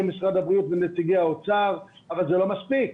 משרד הבריאות ונציגי האוצר אבל זה לא מספיק.